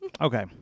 Okay